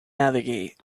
navigate